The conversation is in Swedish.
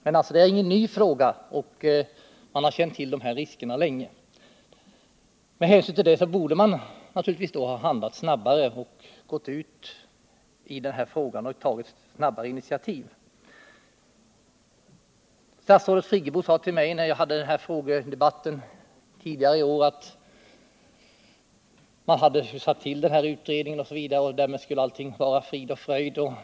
Men det är alltså ingen ny fråga, och man har känt till riskerna länge. Med hänsyn till det borde regeringen naturligtvis ha handlat snabbare och tagit initiativ. Statsrådet Friggebo sade till mig i frågedebatten tidigare i år att man hade satt till en utredning osv. — och därmed skulle allt vara frid och fröjd.